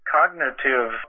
cognitive